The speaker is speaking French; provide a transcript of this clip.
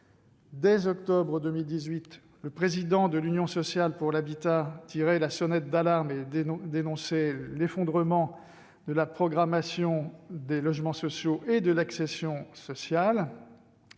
Dès octobre 2018, le président de l'Union sociale pour l'habitat (USH) tirait la sonnette d'alarme, dénonçant l'effondrement de la programmation des logements sociaux et de l'accession sociale.